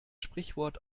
sprichwort